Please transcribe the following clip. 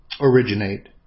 originate